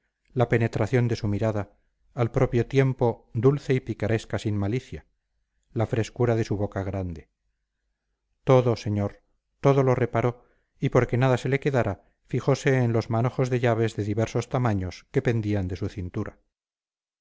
la penetración de su mirada al propio tiempo dulce y picaresca sin malicia la frescura de su boca grande todo señor todo lo reparó y porque nada se le quedara fijose en los manojos de llaves de diversos tamaños que pendían de su cintura